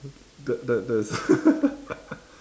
that that that's